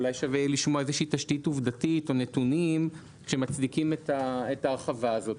ואולי שווה לשמוע תשתית עובדתית נתונים שמצדיקים את ההרחבה הזאת.